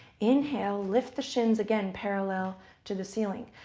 inhale. lift the shins again, parallel to the ceiling.